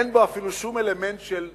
אין בו אפילו שום אלמנט של דו-שיח.